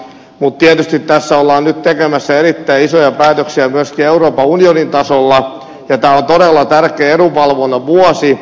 mutta tietysti tässä ollaan nyt tekemässä erittäin isoja päätöksiä myöskin euroopan unionin tasolla ja tämä on todella tärkeä edunvalvonnan vuosi